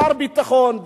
שר הביטחון,